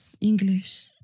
English